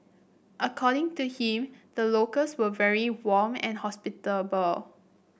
according to him the locals were very warm and hospitable